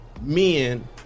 men